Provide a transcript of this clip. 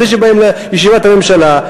לפני שבאים לישיבת הממשלה,